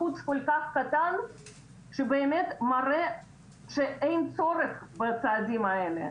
אחוז כל כך קטן שבאמת מראה שאין צורך בצעדים האלה.